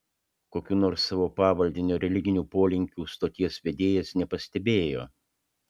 kokių nors savo pavaldinio religinių polinkių stoties vedėjas nepastebėjo